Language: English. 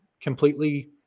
completely